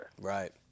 Right